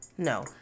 No